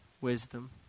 wisdom